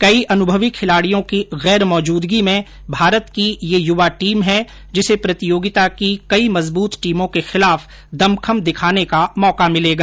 कई अनुभवी खिलाडियों की गैर मौजूदगी में भारत की ये युवा टीम है जिसे प्रतियोगिता के कई मजबूत टीमों के खिलाफ दमखम दिखाने का मौका मिलेगा